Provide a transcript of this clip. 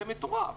וזה מטורף.